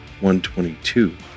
122